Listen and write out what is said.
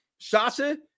Sasha